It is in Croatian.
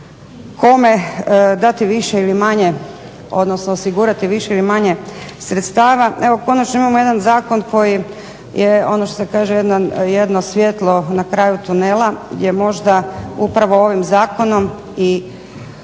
kome dati više ili manje, odnosno osigurati više ili manje sredstava evo konačno imamo jedan zakon koji je ono što se kaže jedno svjetlo na kraju tunela. Gdje možda upravo ovim zakonom i